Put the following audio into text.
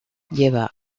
lleva